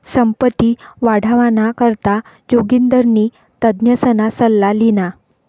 संपत्ती वाढावाना करता जोगिंदरनी तज्ञसना सल्ला ल्हिना